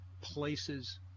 places